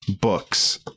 books